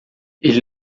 ele